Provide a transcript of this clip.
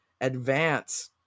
advance